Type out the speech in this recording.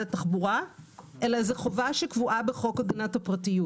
התחבורה אלא חובה שקבועה בחוק הפרטיות.